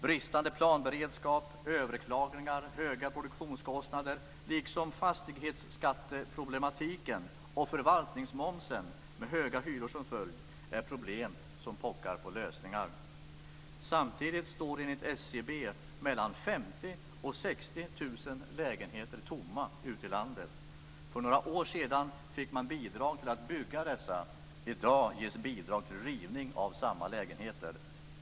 Bristande planberedskap, överklagningar, höga produktionskostnader liksom fastighetsskatteproblematiken och förvaltningsmomsen med höga hyror som följd är problem som pockar på lösningar. Samtidigt står enligt SCB mellan 50 000 och 60 000 lägenheter tomma ute i landet. För några år sedan fick man bidrag till att bygga dessa, i dag ges bidrag till rivning av samma lägenheter.